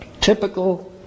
typical